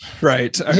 right